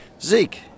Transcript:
Zeke